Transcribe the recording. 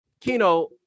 Kino